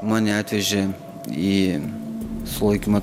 mane atvežė į sulaikymo